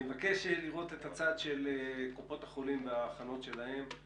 אני מבקש לראות את הצד של קופות החולים וההכנות שלהן.